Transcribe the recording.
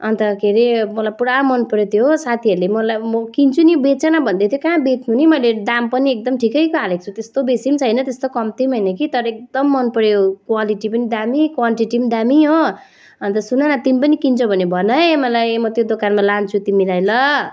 अन्त के अरे मतलब पुरा मनपर्यो त्यो हो साथीहरूले मलाई म किन्छु नि बेच न भन्दैथ्यो कहाँ बेच्नु नि मैले दाम पनि एकदम ठिकैको हालेको छु त्यस्तो बेसी पनि छैन त्यस्तो कम्ती पनि होइन कि तर एकदम मनपर्यो क्वालिटी पनि दामी क्वान्टिटी पनि दामी हो अन्त सुन न तिमी पनि किन्छौ भने भन है मलाई म त्यो दोकानमा लान्छु तिमीलाई ल